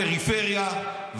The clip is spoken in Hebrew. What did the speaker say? הפריפריה.